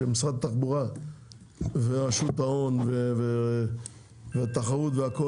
שמשרד התחבורה ורשות ההון והתחרות והכול